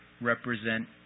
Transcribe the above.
represent